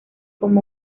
como